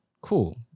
cool